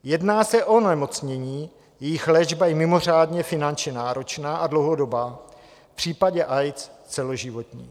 Jedná se o onemocnění, jejichž léčba je mimořádně finančně náročná a dlouhodobá, v případě AIDS celoživotní.